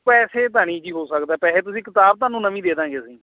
ਪੈਸੇ ਤਾਂ ਨਹੀਂ ਜੀ ਹੋ ਸਕਦਾ ਪੈਸੇ ਤੁਸੀਂ ਕਿਤਾਬ ਤੁਹਾਨੂੰ ਨਵੀਂ ਦੇ ਦੇਵਾਂਗੇ ਅਸੀਂ